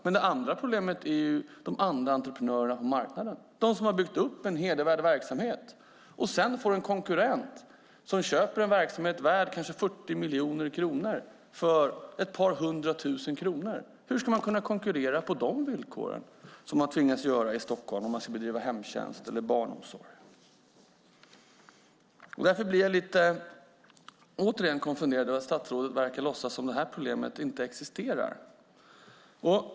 Ett annat problem handlar om de andra entreprenörerna på marknaden, om dem som byggt upp en hedervärd verksamhet och som sedan får en konkurrent som köper en verksamhet som kanske är värd 40 miljoner kronor för ett par hundra tusen kronor. Hur ska man kunna konkurrera på de villkoren, som man ju tvingas göra i Stockholm om man ska bedriva hemtjänst eller barnomsorg? Jag blir, som sagt, lite konfunderad. Statsrådet verkar låtsas att problemet inte existerar.